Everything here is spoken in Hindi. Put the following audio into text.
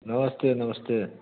नमस्ते नमस्ते